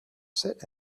sit